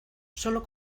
sólo